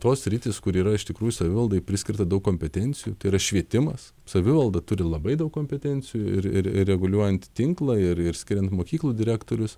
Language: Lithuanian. tos sritys kur yra iš tikrųjų savivaldai priskirta daug kompetencijų tai yra švietimas savivalda turi labai daug kompetencijų ir ir ir reguliuojant tinklą ir ir skiriant mokyklų direktorius